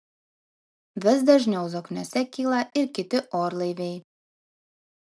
vis dažniau zokniuose kyla ir kiti orlaiviai